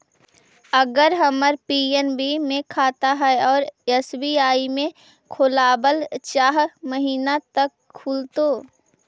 अगर हमर पी.एन.बी मे खाता है और एस.बी.आई में खोलाबल चाह महिना त का खुलतै?